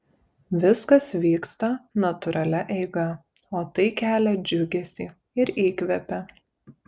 viskas vyksta natūralia eiga o tai kelia džiugesį ir įkvepia